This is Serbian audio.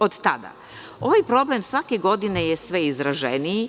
Od tada ovaj problem je svake godine sve izraženiji.